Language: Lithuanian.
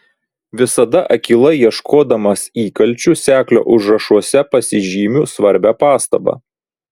visada akylai ieškodamas įkalčių seklio užrašuose pasižymiu svarbią pastabą